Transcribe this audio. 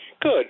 Good